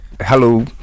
Hello